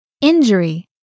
Injury